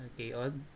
okay